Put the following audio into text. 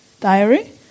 Diary